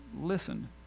listen